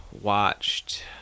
watched